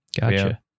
Gotcha